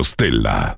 Stella